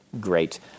Great